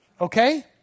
okay